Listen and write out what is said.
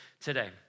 today